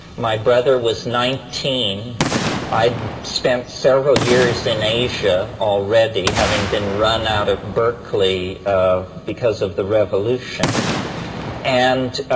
my brother was nineteen i spent several years in asia already having been run out of berkeley ah because of the revolution and,